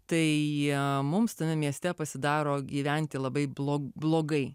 tai mums tame mieste pasidaro gyventi labai blogai blogai